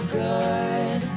good